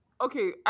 Okay